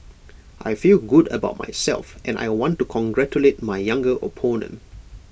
I feel good about myself and I want to congratulate my younger opponent